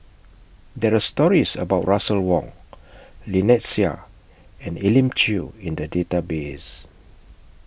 There Are stories about Russel Wong Lynnette Seah and Elim Chew in The Database